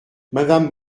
madame